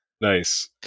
Nice